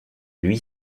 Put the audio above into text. lui